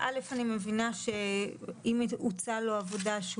אני מבינה שאם הוצעה לו עבודה והוא